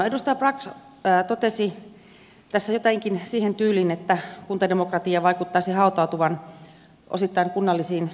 edustaja brax totesi tässä jotenkin siihen tyyliin että kuntademokratia vaikuttaisi hautautuvan osittain kunnallisiin yhtiöihin